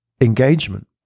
engagement